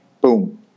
boom